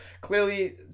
clearly